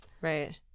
Right